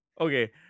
okay